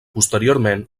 posteriorment